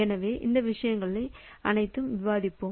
எனவே இந்த விஷயங்கள் அனைத்தும் விவாதிக்கப்படும்